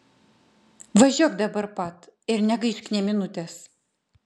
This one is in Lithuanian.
važiuok dabar pat ir negaišk nė minutės